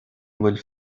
bhfuil